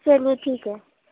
چلیے ٹھیک ہے